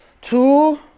Two